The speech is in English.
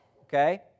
okay